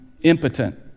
impotent